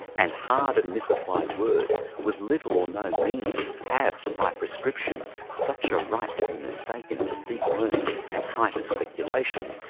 and hard and misapplied words with little or no meaning have, by prescription, such a right to be mistaken for deep learning and height of speculation,